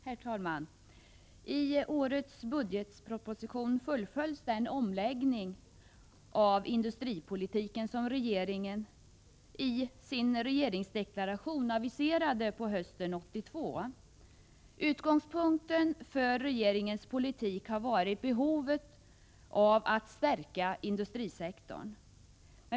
Herr talman! I årets budgetproposition fullföljs den omläggning av industripolitiken som regeringen redan i sin regeringsdeklaration aviserade hösten 1982. Utgångspunkten för regeringens politik har varit behovet av att stärka industrisektorn.